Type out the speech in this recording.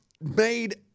made